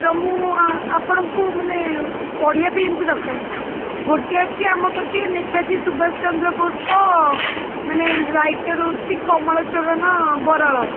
ତ ମୁଁ ଆପଣଙ୍କୁ ମାନେ ପଢ଼ିବା ପାଇଁ ଏମିତି ଦରକାର ଗୋଟେ ଅଛି ଆମ ପାଖେ ନେତାଜୀ ସୁଭାଷ ଚନ୍ଦ୍ର ବୋଷଙ୍କ ମାନେ ରାଇଟର୍ ହେଉଛି କମଳ ଚରଣ ବରାଳ